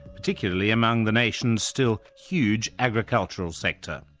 particularly among the nation's still huge agricultural sector.